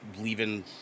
Leaving